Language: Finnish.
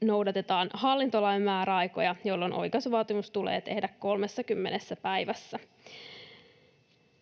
noudatetaan hallintolain määräaikoja, jolloin oikaisuvaatimus tulee tehdä 30 päivässä.